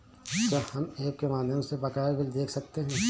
क्या हम ऐप के माध्यम से बकाया बिल देख सकते हैं?